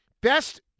Best